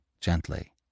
gently